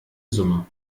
summe